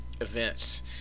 events